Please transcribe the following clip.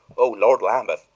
oh, lord lambeth,